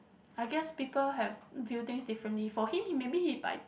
I guess people have view things differently for him he maybe he by